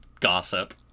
gossip